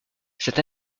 cette